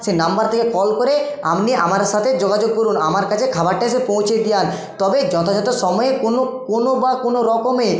সে number থেকে call করে আপনি আমার সাথে যোগাযোগ করুন আমার কাছে খাবারটা এসে পৌঁছে দিয়ে যান তবে যথাযথ সময়ে কোনো কোনো বা কোনো রকমে